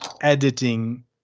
editing